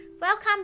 welcome